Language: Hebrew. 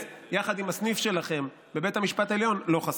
יחד עם הסניף שלכם בבית המשפט העליון לא חשפתם.